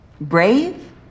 brave